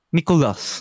Nicholas